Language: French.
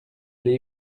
l’ai